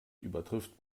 übertrifft